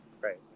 right